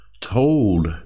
told